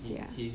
ya